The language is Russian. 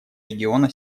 региона